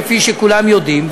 כפי שכולם יודעים.